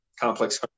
complex